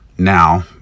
now